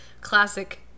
classic